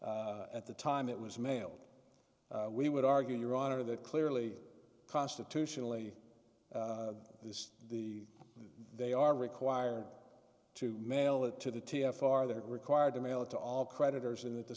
all at the time it was mailed we would argue your honor that clearly constitutionally this is the they are required to mail it to the t f r they're required to mail it to all creditors and that the